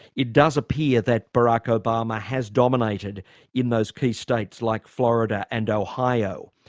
it does appear that barack obama has dominated in those key states like florida and ohio.